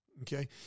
Okay